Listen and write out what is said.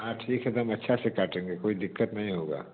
हाँ ठीक है एक दम अच्छा से काटेंगे कोई दिक्कत नहीं होगा